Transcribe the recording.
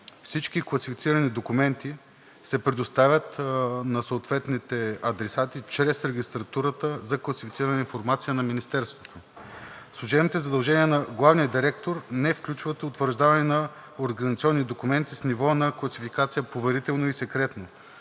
Всички класифицирани документи се предоставят на съответните адресати чрез Регистратурата за класифицирана информация на Министерството. Служебните задължения на главния директор не включват утвърждаване на организационни документи с ниво на класификация „Поверително“ и „Секретно“,